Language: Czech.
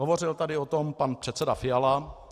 Hovořil tady o tom pan předseda Fiala.